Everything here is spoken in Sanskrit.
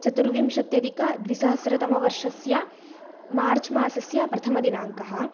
चतुर्विंशत्यधिकद्विसहस्रतमवर्षस्य मार्च् मासस्य प्रथमदिनाङ्कः